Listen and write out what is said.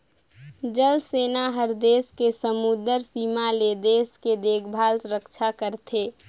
जल सेना हर देस के समुदरर सीमा ले देश के देखभाल रक्छा करथे